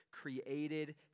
created